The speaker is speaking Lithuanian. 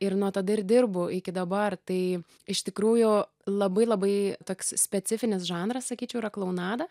ir nuo tada ir dirbu iki dabar tai iš tikrųjų labai labai toks specifinis žanras sakyčiau yra klounada